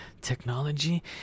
technology